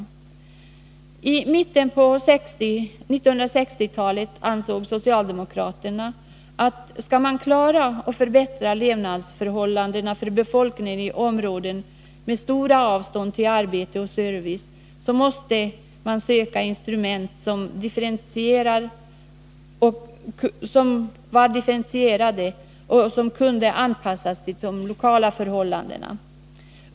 Vid mitten av 1960-talet ansåg socialdemokraterna att skulle man klara och förbättra levnadsförhållandena för befolkningen i områden med stora avstånd till arbete och service, måste man söka instrument som var differentierade och som kunde anpassas till de lokala förhållandena.